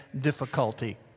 difficulty